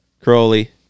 Crowley